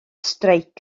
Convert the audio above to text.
streic